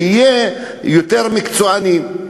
כדי שיהיו יותר מקצוענים.